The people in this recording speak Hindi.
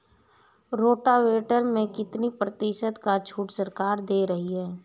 रोटावेटर में कितनी प्रतिशत का छूट सरकार दे रही है?